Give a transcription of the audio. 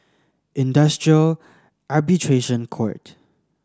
Industrial Arbitration Court